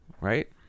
Right